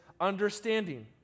understanding